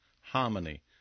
harmony